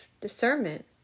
discernment